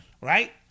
Right